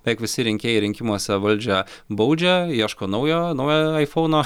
beveik visi rinkėjai rinkimuose valdžią baudžia ieško naujo naujo aifauno